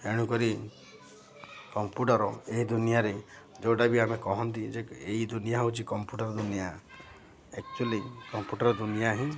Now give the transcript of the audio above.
ଏଣୁକରି କମ୍ପୁଟର ଏହି ଦୁନିଆଁରେ ଯେଉଁଟା ବି ଆମେ କହନ୍ତି ଯେ ଏ ଦୁନିଆଁ ହେଉଛି କମ୍ପୁଟର ଦୁନିଆଁ ଏକକ୍ଚୁଲି କମ୍ପ୍ୟୁଟର ଦୁନଆଁ ହିଁ